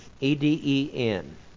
E-D-E-N